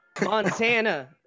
Montana